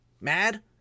mad